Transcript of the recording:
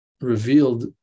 revealed